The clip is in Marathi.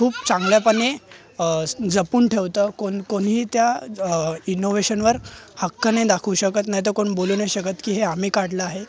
खूप चांगल्यापणे जपून ठेवतं कोण कोणीही त्या इनोव्हेशनवर हक्क नाही दाखवू शकत नाहीतर कोण बोलू नाही शकत की हे आम्ही काढलं आहे